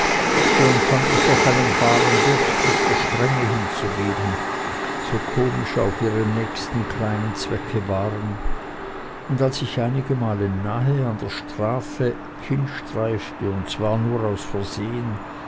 so empfand ich doch einen wahren durst mich der strenge hinzugeben so komisch auch ihre nächsten kleinen zwecke waren und als ich einigemal nahe an der strafe hinstreifte und zwar nur aus versehen